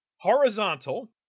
horizontal